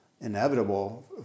inevitable